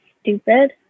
stupid